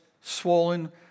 swollen